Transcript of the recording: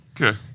Okay